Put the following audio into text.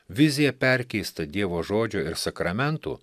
vizija perkeista dievo žodžio ir sakramentų